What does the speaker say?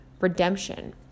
redemption